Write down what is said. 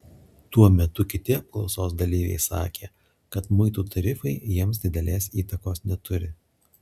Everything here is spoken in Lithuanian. tuo metu kiti apklausos dalyviai sakė kad muitų tarifai jiems didelės įtakos neturi